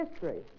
History